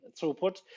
throughput